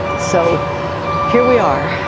so here we are,